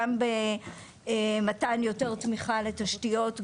גם במתן יותר תמיכה לתשתיות,